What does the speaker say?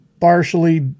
partially